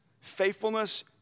faithfulness